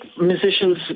musicians